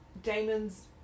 Damon's